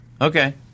Okay